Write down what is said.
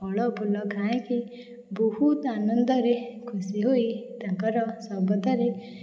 ଫଳଫୁଲ ଖାଇକି ବହୁତ ଆନନ୍ଦରେ ଖୁସିହୋଇ ତାଙ୍କର ଶବଦରେ